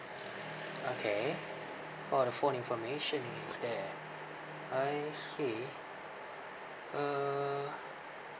okay for the phone information is there I see uh